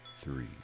three